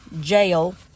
Jail